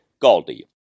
GALDI